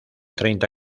treinta